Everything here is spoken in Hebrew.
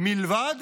מלבד